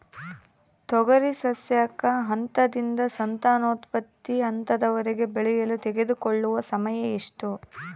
ತೊಗರಿ ಸಸ್ಯಕ ಹಂತದಿಂದ ಸಂತಾನೋತ್ಪತ್ತಿ ಹಂತದವರೆಗೆ ಬೆಳೆಯಲು ತೆಗೆದುಕೊಳ್ಳುವ ಸಮಯ ಎಷ್ಟು?